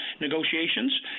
negotiations